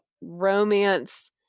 romance